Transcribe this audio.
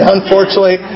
Unfortunately